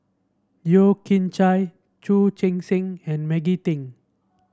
Yeo Kian Chye Chu Chee Seng and Maggie Teng